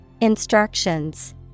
Instructions